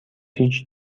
هیچ